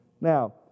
Now